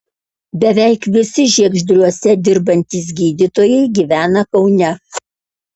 beveik visi žiegždriuose dirbantys gydytojai gyvena kaune